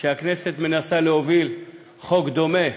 שהכנסת מנסה להוביל חוק דומה,